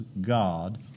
God